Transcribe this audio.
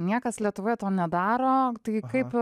niekas lietuvoje to nedaro tai kaip